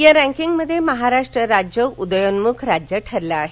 या रँकींगमध्ये महाराष्ट्र राज्य उदयोन्मुख राज्य ठरले आहे